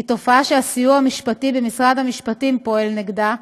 היא תופעה שהסיוע המשפטי במשרד המשפטים פועל נגדה.